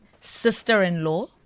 sister-in-law